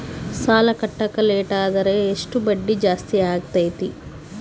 ಸಾಲ ಕಟ್ಟಾಕ ಲೇಟಾದರೆ ಎಷ್ಟು ಬಡ್ಡಿ ಜಾಸ್ತಿ ಆಗ್ತೈತಿ?